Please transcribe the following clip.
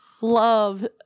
love